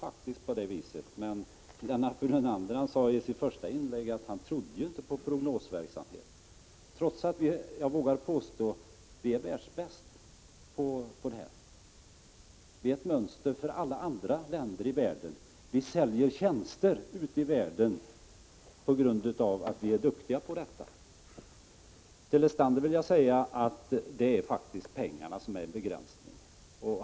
Men Lennart Brunander sade i sitt första inlägg att han inte trodde på prognosverksamhet, trots att jag vågar påstå att vi är världsbäst på sådant. Vi är ett mönster för alla andra länder i världen, vi säljer tjänster ute i världen på grund av att vi är duktiga på detta. Till Paul Lestander vill jag säga att det faktiskt är pengarna som är begränsningen.